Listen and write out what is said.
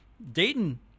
Dayton